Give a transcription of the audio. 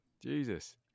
Jesus